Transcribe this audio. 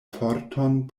forton